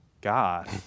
God